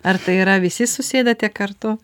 ar tai yra visi susėdate kartu